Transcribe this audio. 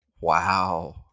Wow